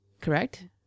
correct